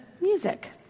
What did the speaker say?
music